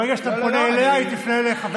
ברגע שאתה פונה אליה היא תפנה אליך.